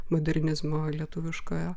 modernizmo lietuviškojo